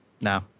No